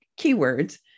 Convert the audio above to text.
keywords